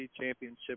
Championship